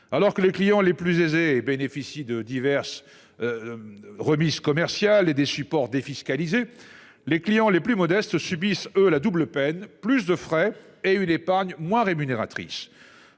Alors que les clients les plus aisés et bénéficient de diverses. Remises commerciales et des supports défiscaliser les clients les plus modestes subissent eux la double peine, plus de frais et une épargne moins rémunératrice